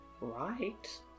Right